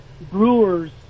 brewers